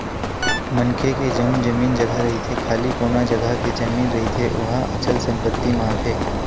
मनखे के जउन जमीन जघा रहिथे खाली कोनो जघा के जमीन रहिथे ओहा अचल संपत्ति म आथे